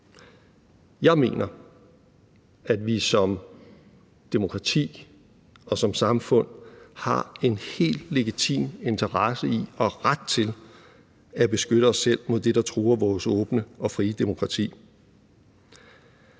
Jeg mener, at vi som demokrati og som samfund har en helt legitim interesse i og ret til at beskytte os selv mod det, der truer vores åbne og frie demokrati.